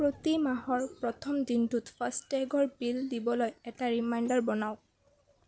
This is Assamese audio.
প্ৰতি মাহৰ প্ৰথম দিনটোত ফাষ্টেগৰ বিল দিবলৈ এটা ৰিমাইণ্ডাৰ বনাওক